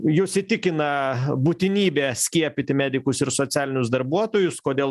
jus įtikina būtinybė skiepyti medikus ir socialinius darbuotojus kodėl